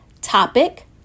Topic